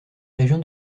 région